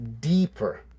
deeper